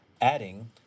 adding